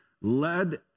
led